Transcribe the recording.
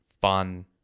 fun